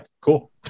cool